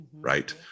Right